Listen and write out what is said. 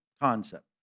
concept